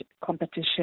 competition